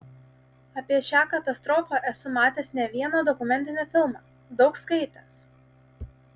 apie šią katastrofą esu matęs ne vieną dokumentinį filmą daug skaitęs